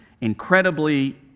incredibly